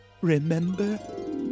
Remember